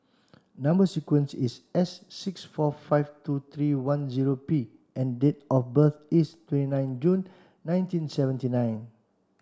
number sequence is S six four five two three one zero P and date of birth is twenty nine June nineteen seventy nine